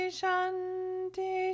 shanti